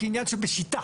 כעניין שבשיטה,